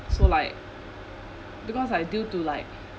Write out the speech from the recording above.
so like because I due to like